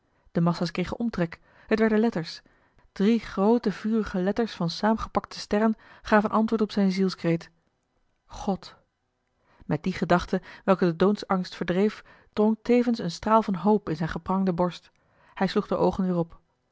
groepen de massa's kregen omtrek het werden letters drie groote vurige letters van saamgepakte sterren gaven antwoord op zijn zielskreet god met die gedachte welke den doodsangst verdreef drong tevens een straal van hoop in zijne geprangde borst hij sloeg de oogen weer